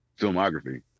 filmography